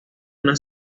una